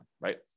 right